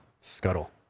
scuttle